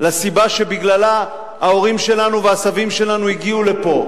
לסיבה שבגללה ההורים שלנו והסבים שלנו הגיעו לפה,